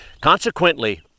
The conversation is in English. Consequently